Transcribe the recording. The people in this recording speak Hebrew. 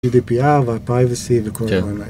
UDPI ו-Privacy וכול הדברים האלה